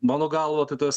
mano galva tai tas